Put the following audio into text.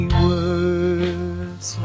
words